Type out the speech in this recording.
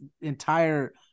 entire